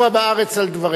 אין צנזורה בארץ על דבריך.